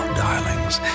darlings